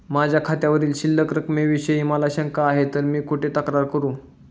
माझ्या खात्यावरील शिल्लक रकमेविषयी मला शंका आहे तर मी कुठे तक्रार करू?